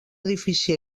edifici